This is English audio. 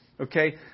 Okay